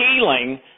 healing